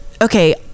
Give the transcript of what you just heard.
okay